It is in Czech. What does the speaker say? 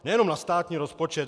Nejenom na státní rozpočet.